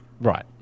Right